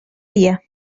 dia